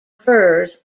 firs